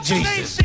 Jesus